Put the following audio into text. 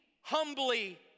humbly